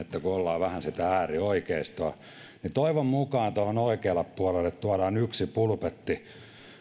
että ollaan vähän sitä äärioikeistoa niin toivon mukaan tuohon oikealle puolelle tuodaan yksi pulpetti